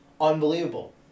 Unbelievable